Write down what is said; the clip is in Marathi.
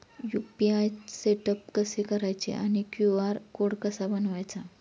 यु.पी.आय सेटअप कसे करायचे आणि क्यू.आर कोड कसा बनवायचा?